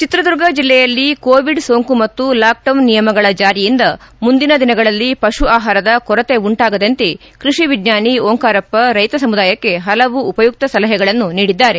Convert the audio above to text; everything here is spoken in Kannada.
ಚಿತ್ರದುರ್ಗ ಜಿಲ್ಲೆಯಲ್ಲಿ ಕೋವಿಡ್ ಸೋಂಕು ಮತ್ತು ಲಾಕ್ಡೌನ್ ನಿಯಮಗಳ ಜಾರಿಯಿಂದ ಮುಂದಿನ ದಿನಗಳಲ್ಲಿ ಪಶು ಆಹಾರದ ಕೊರತೆ ಉಂಟಾಗದಂತೆ ಕೃಷಿ ವಿಜ್ಞಾನಿ ಓಂಕಾರಪ್ಪ ರೈತ ಸಮುದಾಯಕ್ಕೆ ಹಲವು ಉಪಯುಕ್ತ ಸಲಹೆಗಳನ್ನು ನೀಡಿದ್ದಾರೆ